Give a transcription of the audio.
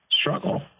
struggle